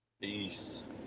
Peace